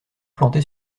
planté